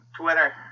Twitter